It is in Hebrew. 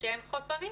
שאין חוסרים